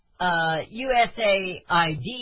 USAID